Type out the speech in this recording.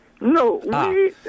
No